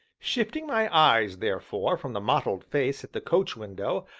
shifting my eyes, therefore, from the mottled face at the coach window,